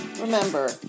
remember